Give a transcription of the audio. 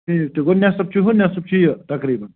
ٹھیٖک گوٚو نٮ۪صف چھُ ہُو نٮ۪صف چھُ یہِ تقریباً